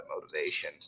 motivation